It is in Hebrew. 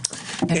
ותבררי.